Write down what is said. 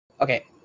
Okay